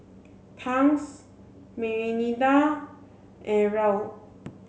Tangs Mirinda and Raoul